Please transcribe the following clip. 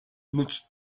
nutzt